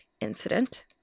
incident